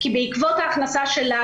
כי בעקבות ההכנסה שלה,